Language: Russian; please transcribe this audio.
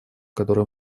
которую